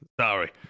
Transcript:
Sorry